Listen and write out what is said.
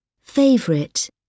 Favorite